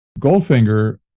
Goldfinger